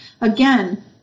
again